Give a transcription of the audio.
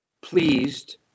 pleased